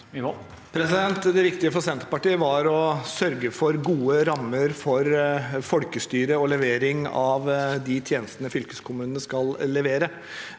Det viktige for Senterpartiet var å sørge for gode rammer for folkestyret og for levering av de tjenestene fylkeskommunene skal levere.